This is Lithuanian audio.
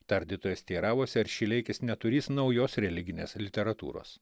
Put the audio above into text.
tardytojas teiravosi ar šileikis neturįs naujos religinės literatūros